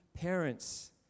parents